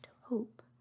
hope